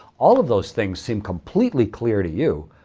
all of those things seem completely clear to you,